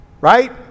right